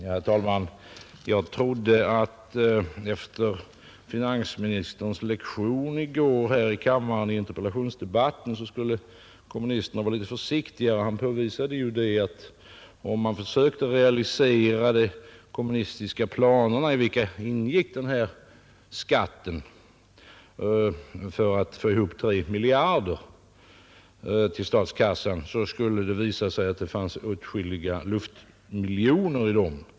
Herr talman! Jag trodde att kommunisterna skulle vara litet försiktigare efter finansministerns lektion i går i interpellationsdebatten. Han påvisade ju att om man försökte realisera de kommunistiska planerna, i vilka ingick den här skatten, för att få ihop 3 miljarder till statskassan, skulle det visa sig att det fanns åtskilliga luftmiljoner i dem.